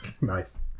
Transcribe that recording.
Nice